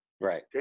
Right